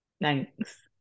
Thanks